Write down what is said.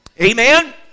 Amen